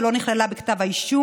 שלא נכללה בכתב האישום,